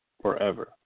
forever